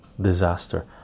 Disaster